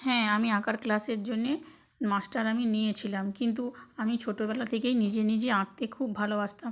হ্যাঁ আমি আঁকার ক্লাসের জন্যে মাস্টার আমি নিয়েছিলাম কিন্তু আমি ছোটবেলা থেকেই নিজে নিজে আঁকতে খুব ভালোবাসতাম